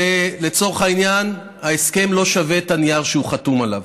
ולצורך העניין ההסכם לא שווה את הנייר שהוא חתום עליו.